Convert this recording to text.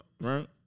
Right